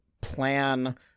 plan